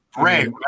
Ray